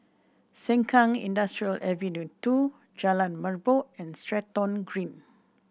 Sengkang Industrial Ave Two Jalan Merbok and Stratton Green